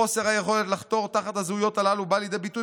חוסר היכולת לחתור תחת הזהויות הללו בא לידי ביטוי